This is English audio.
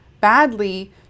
badly